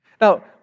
Now